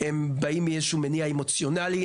שקורים מאיזה אירועי אמוציונלי,